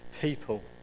people